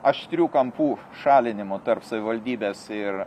aštrių kampų šalinimu tarp savivaldybės ir